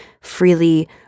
freely